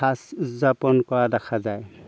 সাজ উদযাপন কৰা দেখা যায়